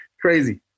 Crazy